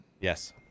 Yes